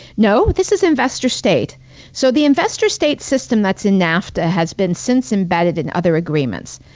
no. this is investor-state so the investor-state system that's in nafta has been since embedded in other agreements.